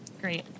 Great